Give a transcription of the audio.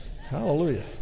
Hallelujah